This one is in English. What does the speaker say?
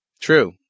True